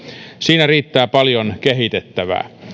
siinä riittää paljon kehitettävää